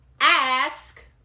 ask